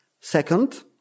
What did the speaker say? Second